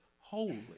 holy